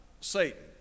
Satan